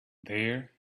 there